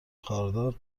خاردار